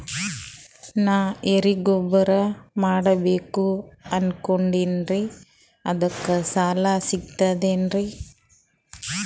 ನಾ ಎರಿಗೊಬ್ಬರ ಮಾಡಬೇಕು ಅನಕೊಂಡಿನ್ರಿ ಅದಕ ಸಾಲಾ ಸಿಗ್ತದೇನ್ರಿ?